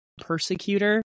persecutor